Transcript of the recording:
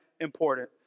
important